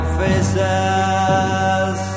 faces